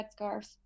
headscarves